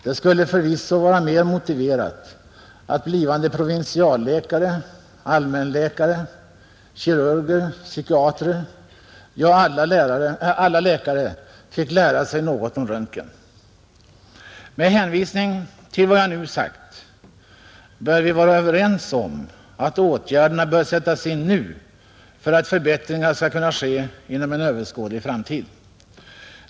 Det skulle förvisso vara mer motiverat att blivande provinsialläkare, allmänläkare, kirurger, psykiatrer, ja, alla läkare fick lära sig något om röntgen.” Med hänvisning till vad jag nu sagt bör vi vara överens om att åtgärderna bör sättas in nu för att förbättringar skall kunna ske inom en överskådlig framtid.